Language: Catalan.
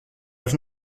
els